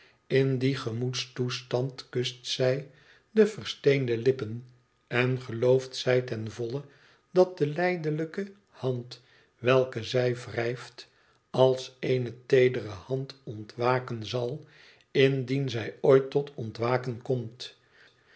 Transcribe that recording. in dien gemoedstoestand kust zij de versteende lippen en gelooft zij ten volle dat de lijdelijke hand welke zij wrijft als eene teedere hand ontwaken zal indien zij ooit tot ontwaken komt